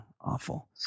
awful